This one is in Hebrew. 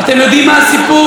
אתם יודעים מה הסיפור?